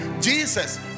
Jesus